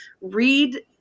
read